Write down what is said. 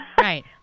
Right